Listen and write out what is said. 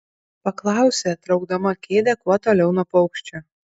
paklausė traukdama kėdę kuo toliau nuo paukščio